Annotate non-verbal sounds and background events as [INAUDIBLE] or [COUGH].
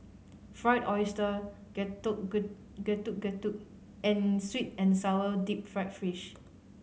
Fried Oyster getuk [UNINTELLIGIBLE] Getuk Getuk and sweet and sour deep fried fish